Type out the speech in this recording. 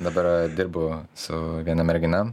dabar dirbu su viena mergina